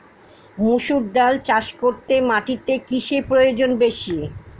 মুসুর ডাল চাষ করতে মাটিতে কিসে প্রয়োজন বেশী?